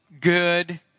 good